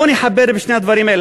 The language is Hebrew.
בואו נחבר בין שני הדברים האלה,